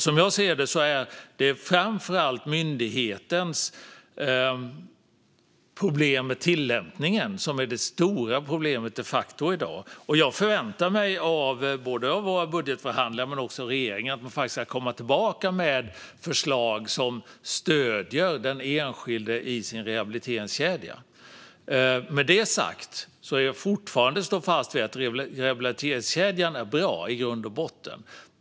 Som jag ser det är det framför allt myndighetens tillämpning som de facto är det stora problemet i dag, och jag förväntar mig av både våra budgetförhandlare och regeringen att man faktiskt ska komma tillbaka med förslag som stöder den enskilde i dennes rehabiliteringskedja. Med det sagt står jag fortfarande fast vid att rehabiliteringskedjan i grund och botten är bra.